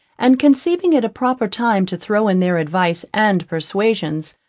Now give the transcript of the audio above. and conceiving it a proper time to throw in their advice and persuasions,